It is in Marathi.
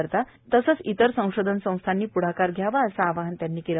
करिता तसंच इतर संशोधन संस्थांनी पृढाकार घ्यावा असे आवाहन त्यांनी केले